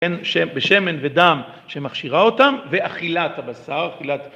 בשמן ודם שמכשירה אותם, ואכילת הבשר, אכילת...